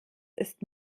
ist